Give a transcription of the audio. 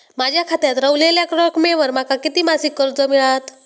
माझ्या खात्यात रव्हलेल्या रकमेवर माका किती मासिक कर्ज मिळात?